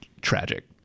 tragic